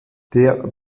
der